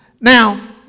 Now